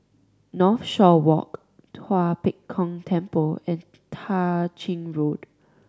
Northshore Walk Tua Pek Kong Temple and Tah Ching Road